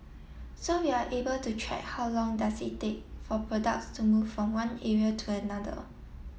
so we're able to track how long does it take for products to move from one area to another